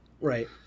right